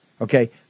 okay